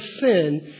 sin